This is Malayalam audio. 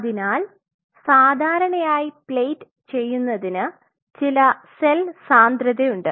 അതിനാൽ സാധാരണയായി പ്ലേറ്റ് ചെയ്യുന്നതിന് ചില സെൽ സാന്ദ്രതയുണ്ട്